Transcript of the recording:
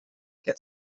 get